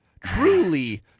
Truly